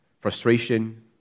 frustration